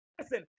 listen